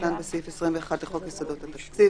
כהגדרתן בסעיף 21 לחוק יסודות התקציב,